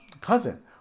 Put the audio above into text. cousin